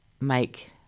make